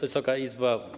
Wysoka Izbo!